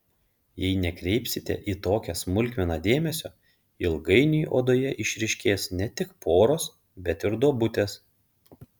jei nekreipsite į tokią smulkmeną dėmesio ilgainiui odoje išryškės ne tik poros bet ir duobutės